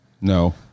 No